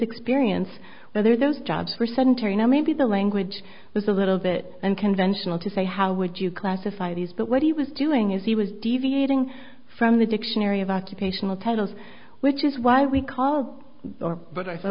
experience whether those jobs were sedentary now maybe the language was a little bit and conventional to say how would you classify these but what he was doing is he was deviating from the dictionary of occupational titles which is why we call or but i